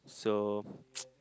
so